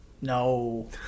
No